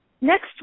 Next